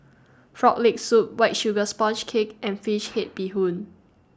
Frog Leg Soup White Sugar Sponge Cake and Fish Head Bee Hoon